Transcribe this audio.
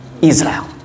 Israel